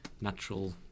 natural